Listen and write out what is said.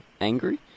angry